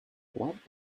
what